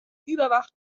überwacht